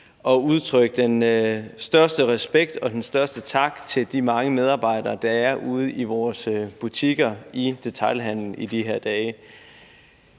at udtrykke den største respekt og den største tak til de mange medarbejdere, der er ude i vores butikker i detailhandelen i de her dage.